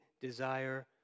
desire